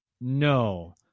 no